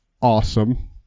awesome